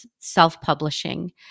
self-publishing